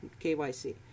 KYC